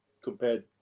compared